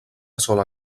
sola